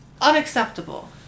unacceptable